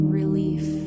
relief